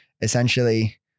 essentially